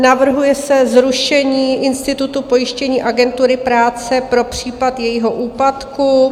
Navrhuje se zrušení institutu pojištění agentury práce pro případ jejího úpadku.